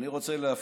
אני רוצה להפנות